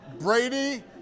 Brady